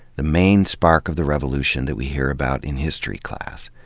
the main spark of the revolution that we hear about in history class.